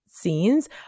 scenes